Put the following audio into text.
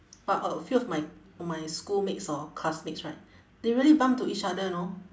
but a few of my my schoolmates hor classmates right they really bump into each other know